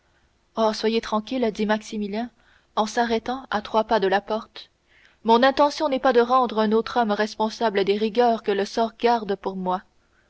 soyez tranquille dit maximilien en s'arrêtant à trois pas de la porte mon intention n'est pas de rendre un autre homme responsable des rigueurs que le sort garde pour moi